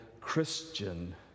Christian